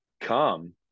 come